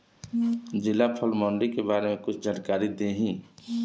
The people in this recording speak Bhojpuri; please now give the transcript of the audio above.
जिला फल मंडी के बारे में कुछ जानकारी देहीं?